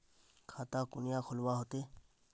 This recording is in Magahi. खाता कुनियाँ खोलवा होते?